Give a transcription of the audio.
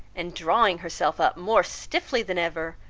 and drawing herself up more stiffly than ever,